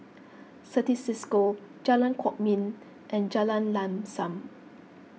Certis Cisco Jalan Kwok Min and Jalan Lam Sam